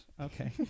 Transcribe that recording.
Okay